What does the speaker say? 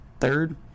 third